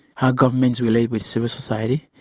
how governments relate with civil society,